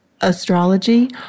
astrology